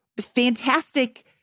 fantastic